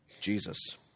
Jesus